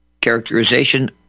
characterization